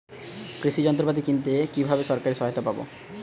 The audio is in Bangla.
কৃষি যন্ত্রপাতি কিনতে কিভাবে সরকারী সহায়তা পাব?